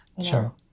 sure